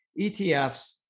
ETFs